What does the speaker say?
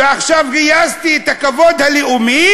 ועכשיו גייסתי את הכבוד הלאומי,